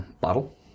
bottle